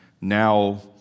now